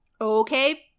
Okay